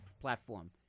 platform